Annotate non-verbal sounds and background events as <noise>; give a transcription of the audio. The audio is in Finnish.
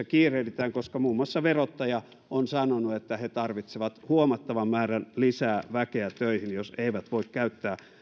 <unintelligible> kiirehditään koska muun muassa verottaja on sanonut että he tarvitsevat huomattavan määrän lisää väkeä töihin jos eivät voi käyttää